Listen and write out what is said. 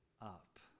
up